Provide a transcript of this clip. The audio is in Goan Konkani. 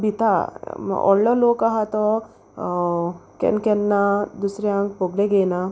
भिता व्होडलो लोक आहा तो केन्ना केन्ना दुसऱ्यांक भोगले घेयना